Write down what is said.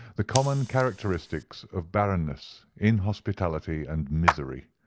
the common characteristics of barrenness, inhospitality, and misery.